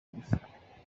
gusa